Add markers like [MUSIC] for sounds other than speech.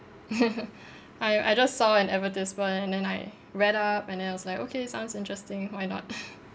[LAUGHS] I I just saw an advertisement and then I read up and then I was like okay sounds interesting why not [LAUGHS]